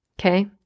Okay